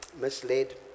misled